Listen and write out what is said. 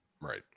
right